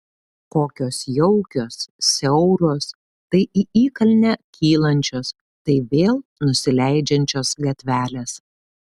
kokios jaukios siauros tai į įkalnę kylančios tai vėl nusileidžiančios gatvelės